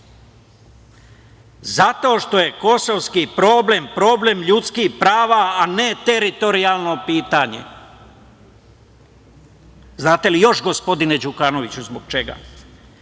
Zato što je kosovski problem problem ljudskih prava, a ne teritorijalno pitanje. Znate li još, gospodine Đukanoviću, zbog čega?